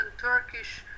Turkish